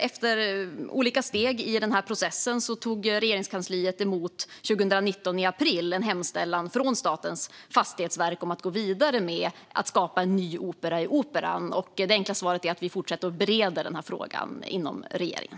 Efter olika steg i processen tog Regeringskansliet i april 2019 emot en hemställan från Statens fastighetsverk om att gå vidare med att skapa en ny opera i Operan. Det enkla svaret är att vi fortsätter att bereda denna fråga inom regeringen.